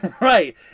Right